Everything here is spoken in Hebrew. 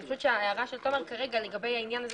אבל אני חושבת שההערה של תומר כרגע לגבי העניין הזה